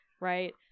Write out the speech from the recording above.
right